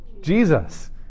Jesus